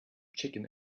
chicken